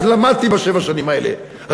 אז למדתי בשבע השנים האלה,